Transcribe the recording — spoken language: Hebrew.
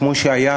כמו שהיה